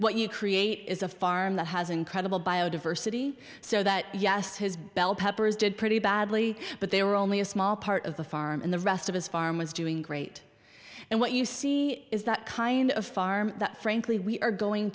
what you create is a farm that has incredible biodiversity so that yes his bell peppers did pretty badly but they were only a small part of the farm and the rest of his farm was doing great and what you see is that kind of farm that frankly we are going